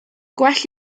gwell